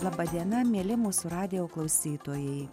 laba diena mieli mūsų radijo klausytojai